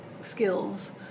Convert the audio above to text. skills